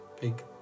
Big